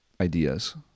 ideas